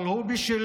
אבל הוא בשלו,